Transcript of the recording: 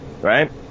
right